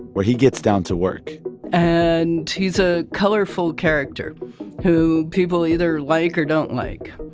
where he gets down to work and he's a colorful character who people either like or don't like.